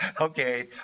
Okay